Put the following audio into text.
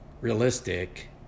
realistic